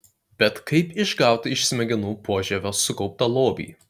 bet kaip išgauti iš smegenų požievio sukauptą lobį